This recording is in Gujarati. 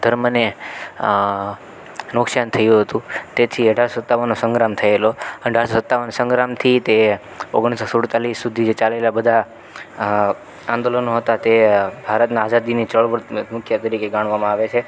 ધર્મને નુકસાન થયું હતું તેથી અઢારસો સત્તાવનનો સંગ્રામ થએલો અઢારસો સત્તાવનનાં સંગ્રામથી તે ઓગણીસસો સુડતાળીસ સુધી જે ચાલેલાં બધાં આંદોલનો હતાં તે ભારતના આઝાદીની ચળવળ મુખ્ય તરીકે ગણવામાં આવે છે